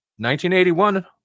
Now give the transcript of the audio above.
1981